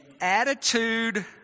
attitude